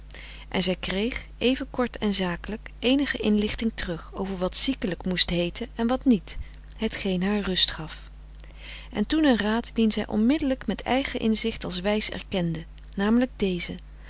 en zij kreeg even kort en zakelijk eenige inlichting terug over wat ziekelijk moest heeten en wat niet hetgeen haar rust gaf en toen een raad dien zij onmiddelijk met eigen inzicht als wijs erkende namelijk deze